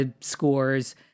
scores